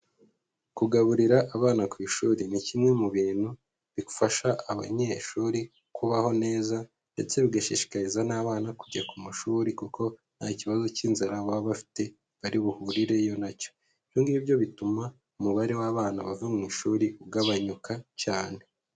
Kugaburira abana ku ishuri ni kimwe mu bintu bifasha abanyeshuri kubaho neza, ndetse bigashishikariza n'abana kujya ku mashuri kuko nta kibazo cy'inzara baba bafite bari buhurireyo na cyo, ibyo ngibyo bituma umubare w'abana bava mu ishuri ugabanyuka cyane.